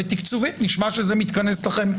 ותקצובית נשמע שזה מתכנס לכם.